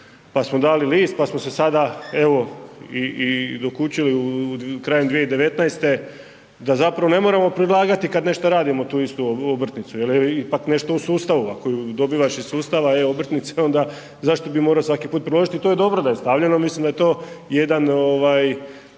pa smo dali list, pa smo se sada evo i dokučili krajem 2019. da zapravo ne moramo predlagati kad nešto radimo tu istu obrtnicu jel ipak nešto u sustavu, ako ju dobivaš iz sustava e-obrtnice onda zašto bi morao svaki puta priložiti i to je dobro da je stavljeno. Mislim da je to jedan ovaj